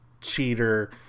cheater